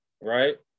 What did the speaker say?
right